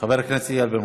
חבר הכנסת איל בן